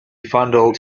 fondled